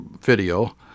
video